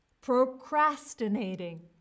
Procrastinating